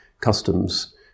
customs